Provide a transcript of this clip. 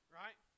right